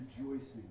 rejoicing